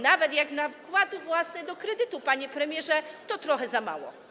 Nawet jak na wkład własny do kredytu, panie premierze, to trochę za mało.